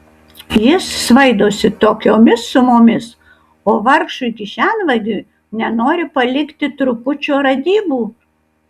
jis svaidosi tokiomis sumomis o vargšui kišenvagiui nenori palikti trupučio radybų